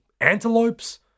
antelopes